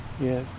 Yes